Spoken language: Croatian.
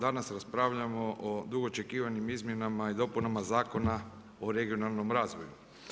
Danas raspravljamo o dugo očekivanim izmjenama i dopunama Zakona o regionalnom razvoju.